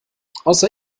außer